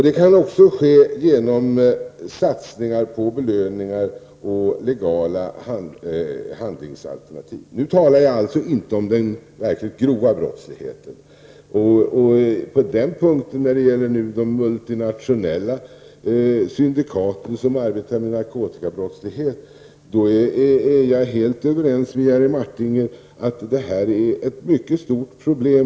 Det kan också ske genom satsningar på belöningar och legala handlingsalternativ. Nu har jag inte talat om den verkligt grova brottsligheten. När det gäller de multinationella syndikaten som arbetar med narkotikabrott är jag helt överens med Jerry Martinger om att det är ett mycket stort problem.